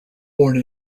born